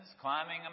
climbing